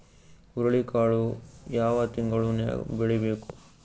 ಹುರುಳಿಕಾಳು ಯಾವ ತಿಂಗಳು ನ್ಯಾಗ್ ಬೆಳಿಬೇಕು?